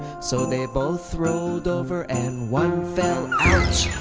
so they both rolled over and one fell out.